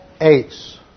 ace